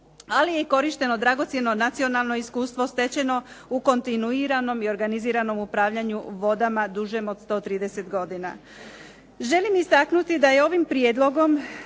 ali je korišteno dragocjeno nacionalno iskustvo stečeno u kontinuiranom i organiziranom upravljanju vodama dužem od 130 godina. Želim istaknuti da je ovim prijedlogom